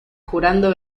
jurando